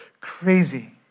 crazy